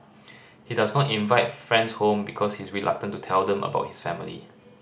he does not invite friends home because he is reluctant to tell them about his family